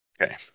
Okay